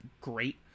great